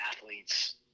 athletes